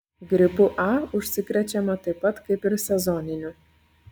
gripu a užsikrečiama taip pat kaip ir sezoniniu